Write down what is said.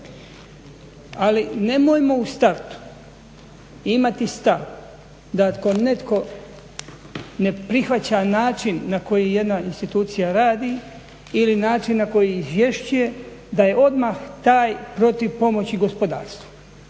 Ali nemojmo u startu imati stav da ako netko ne prihvaća način na koji jedna institucija radi ili način na koji izvješćuje da je odmah taj protiv pomoći gospodarstvu.